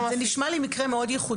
זה נשמע לי מקרה מאוד ייחודי.